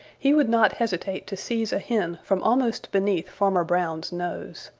he would not hesitate to seize a hen from almost beneath farmer brown's nose.